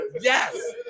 Yes